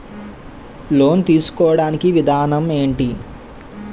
Loan తీసుకోడానికి విధానం ఏంటి?